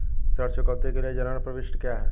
ऋण चुकौती के लिए जनरल प्रविष्टि क्या है?